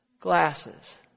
glasses